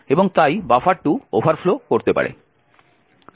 এবং তাই buffer two overflow করতে পারে